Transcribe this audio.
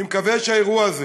אני מקווה שהאירוע הזה